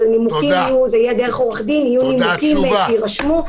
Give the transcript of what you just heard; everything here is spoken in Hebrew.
אבל דרך עורך דין ומנימוקים שיירשמו,